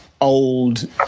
old